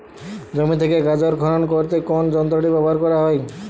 জমি থেকে গাজর খনন করতে কোন যন্ত্রটি ব্যবহার করা হয়?